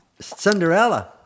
Cinderella